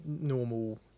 normal